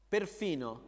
Perfino